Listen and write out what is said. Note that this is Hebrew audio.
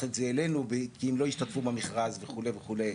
את זה אלינו כי הם לא ישתתפו במרכז וכו' וכו',